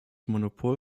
monopol